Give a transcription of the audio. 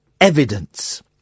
evidence